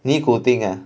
尼古丁 ah